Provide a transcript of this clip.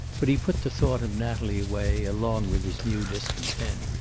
but he put the thought of natalie away, along with his new discontent.